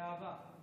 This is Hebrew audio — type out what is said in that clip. באהבה.